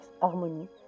harmonie